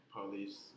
police